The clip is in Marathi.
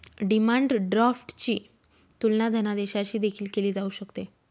डिमांड ड्राफ्टची तुलना धनादेशाशी देखील केली जाऊ शकते